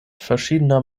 verschiedener